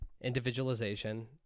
individualization